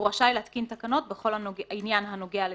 והוא רשאי להתקין תקנות בכל עניין הנוגע לביצועו.